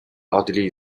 奥地利